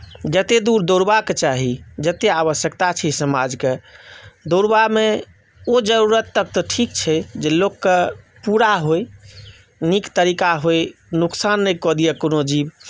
जतेक दूर दौड़बाक चाही जतेक आवश्यकता छै समाजके दौड़बामे ओ जरूरत तक तऽ ठीक छै जे लोककेँ पूरा होय नीक तरीका होय नुकसान नहि कऽ दिए कोनो जीव